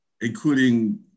including